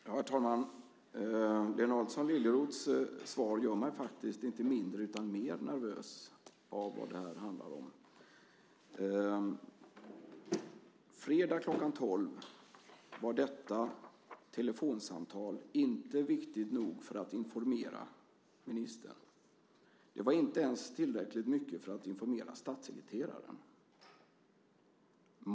Herr talman! Lena Adelsohn Liljeroths svar gör mig faktiskt inte mindre utan mer nervös för vad det här handlar om. Fredag kl. 12 var detta telefonsamtal inte viktigt nog för att informera ministern. Det var inte ens tillräckligt viktigt för att informera statssekreteraren.